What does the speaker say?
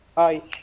i